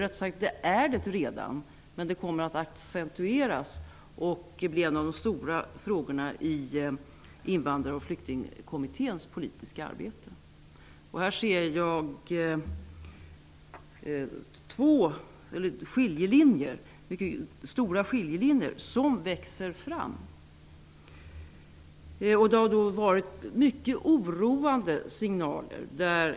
Rättare sagt är de redan det, men de kommer att accentueras och tillhöra de stora frågorna i Jag ser här två stora skiljelinjer som växer fram. Det har givits mycket ororande signaler.